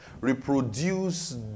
Reproduce